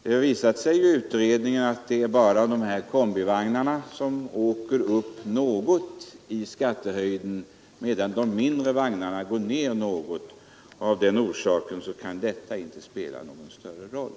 Det har visat sig i utredningen att det är bara kombivagnarna som åker upp något i skattehöjd, medan de mindre vagnarna går ner något, och av den orsaken kan detta inte spela någon större roll.